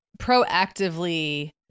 proactively